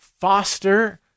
foster